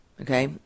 Okay